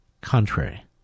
contrary